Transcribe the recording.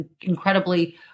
incredibly